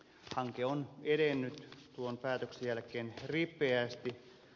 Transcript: hanke on edennyt tuon päätöksen jälkeen ripeästi